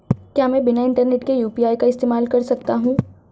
क्या मैं बिना इंटरनेट के यू.पी.आई का इस्तेमाल कर सकता हूं?